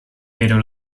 pero